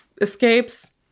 escapes